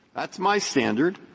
that's my standard.